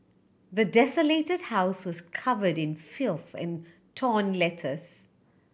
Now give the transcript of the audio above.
the desolated house was covered in filth and torn letters